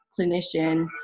clinician